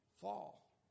fall